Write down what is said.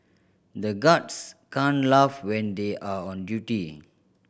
the guards can't laugh when they are on duty